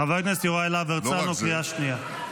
חבר הכנסת יוראי להב הרצנו, קריאה שנייה.